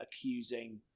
accusing